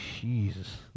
Jesus